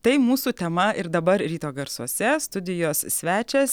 tai mūsų tema ir dabar ryto garsuose studijos svečias